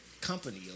company